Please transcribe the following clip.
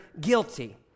guilty